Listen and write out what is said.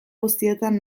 guztietan